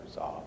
off